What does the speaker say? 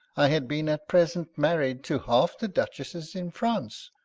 i had been at present married to half the dutchesses in france.